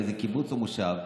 זה קיבוץ או מושב,